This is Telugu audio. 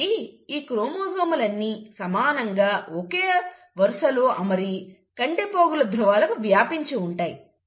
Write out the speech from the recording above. కాబట్టి ఈ క్రోమోజోములన్ని సమానంగా ఒకే వరసలో అమరి కండె పోగుల ధ్రువాలకు వ్యాపించి ఉంటాయి